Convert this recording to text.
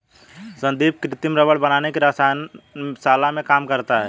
संदीप कृत्रिम रबड़ बनाने की रसायन शाला में काम करता है